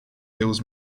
hills